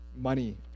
money